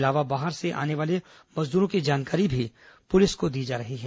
साथ ही बाहर से आने वाले मजदूरों की जानकारी भी पुलिस को दी जा रही है